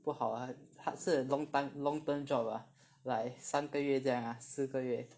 不好 lah 他是 long time long term job ah like 三个月这样啊四个月